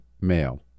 male